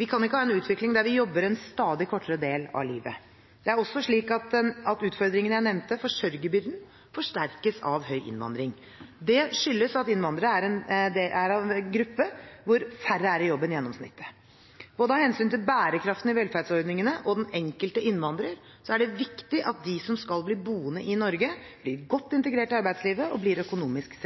Vi kan ikke ha en utvikling der vi jobber en stadig kortere del av livet. Det er også slik at utfordringen jeg nevnte, forsørgerbyrden, forsterkes av høy innvandring. Det skyldes at innvandrere er en av gruppene hvor færre er i jobb enn gjennomsnittet. Av hensyn til både bærekraften i velferdsordningene og den enkelte innvandrer er det viktig at de som skal bli boende i Norge, blir godt integrert i arbeidslivet og blir økonomisk